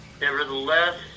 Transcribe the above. nevertheless